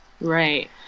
right